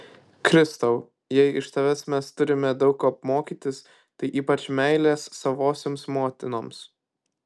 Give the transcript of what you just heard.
kristau jei iš tavęs mes turime daug ko mokytis tai ypač meilės savosioms motinoms